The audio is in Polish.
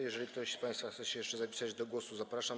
Jeżeli ktoś z państwa chce jeszcze zapisać się do głosu, zapraszam.